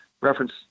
reference